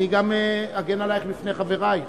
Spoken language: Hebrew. אני גם אגן עלייך מפני חברייך.